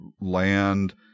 land